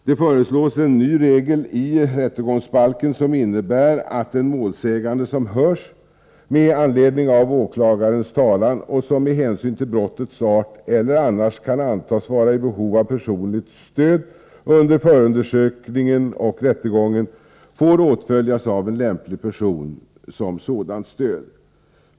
Det föreslås en ny regel i rättegångsbalken som innebär att en målsägande, som hörs med anledning av åklagarens talan och som med hänsyn till brottets art eller annars kan antas vara i behov av personligt stöd under förundersökningen och rättegången, får åtföljas av en lämplig person som ger sådant stöd.